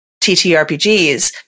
TTRPGs